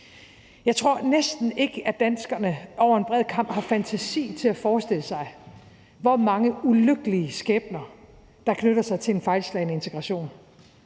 Jeg tror næsten ikke, at danskerne over en bred kam har fantasi til at forestille sig, hvor mange ulykkelige skæbner der knytter sig til en fejlslagen integration,